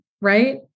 right